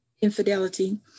infidelity